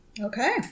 Okay